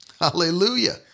Hallelujah